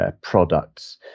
products